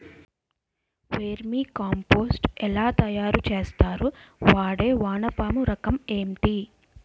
Vermi compost ఎలా తయారు చేస్తారు? వాడే వానపము రకం ఏంటి?